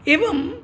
एवम्